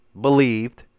believed